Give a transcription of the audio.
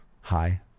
hi